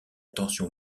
tension